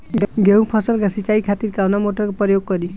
गेहूं फसल के सिंचाई खातिर कवना मोटर के प्रयोग करी?